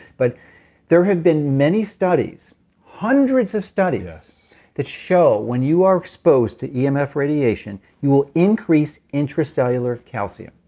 but there have been many studies hundreds of studies that show when you are exposed to emf radiation, you will increase intracellular calcium